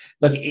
look